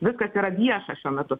viskas yra vieša šiuo metu